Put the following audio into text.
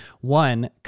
One